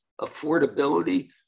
affordability